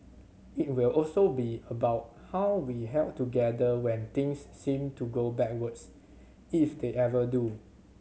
it will also be about how we held together when things seemed to go backwards if they ever do